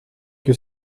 que